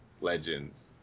Legends